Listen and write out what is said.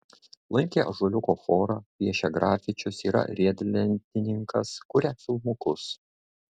lankė ąžuoliuko chorą piešia grafičius yra riedlentininkas kuria filmukus